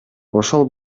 ошол